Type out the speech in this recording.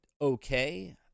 okay